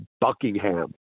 Buckingham